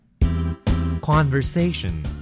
Conversation